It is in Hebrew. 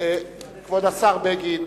כבוד השר בגין,